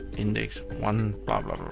index one, blah blah